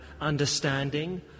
understanding